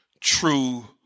true